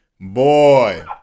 Boy